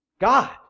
God